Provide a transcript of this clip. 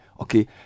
Okay